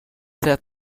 set